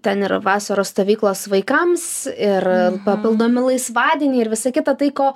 ten yra vasaros stovyklos vaikams ir papildomi laisvadieniai ir visa kita tai ko